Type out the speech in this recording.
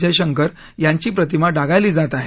जयशंकर यांची प्रतिमा डागाळली जात आहे